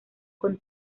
con